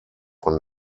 von